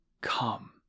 Come